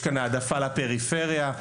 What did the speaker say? יש העדפה לפריפריה,